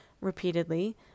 repeatedly